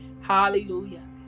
Hallelujah